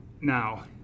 Now